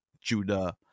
Judah